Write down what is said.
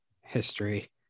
history